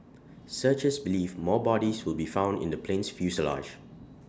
searchers believe more bodies will be found in the plane's fuselage